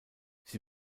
sie